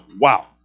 wow